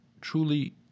truly